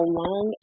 long